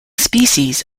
species